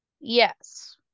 Yes